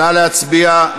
נא להצביע.